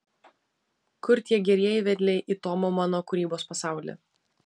kur tie gerieji vedliai į tomo mano kūrybos pasaulį